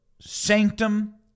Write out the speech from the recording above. sanctum